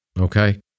Okay